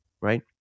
right